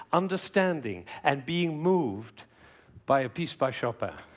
understanding and being moved by a piece by chopin.